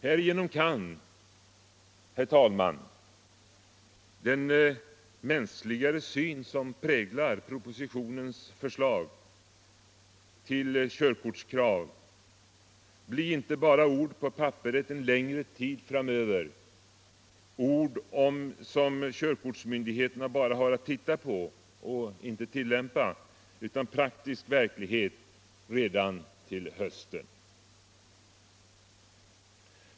Härigenom kan, herr talman, den mänskligare syn som präglar propositionens förslag till körkortskrav bli inte bara ord på papperet en längre tid framöver — ord som körkortsmyndigheterna bara har att titta på och inte tillämpa — utan praktisk verklighet redan till hösten!